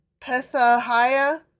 Pethahiah